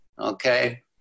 okay